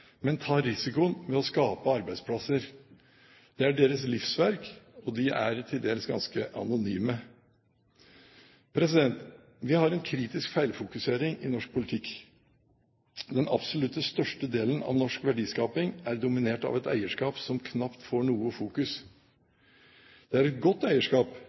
men tar risikoen med å skape arbeidsplasser. Det er deres livsverk, og de er til dels ganske anonyme. Vi har en kritisk feilfokusering i norsk politikk. Den absolutt største delen av norsk verdiskaping er dominert av et eierskap som knapt får noe fokus. Det er et godt eierskap.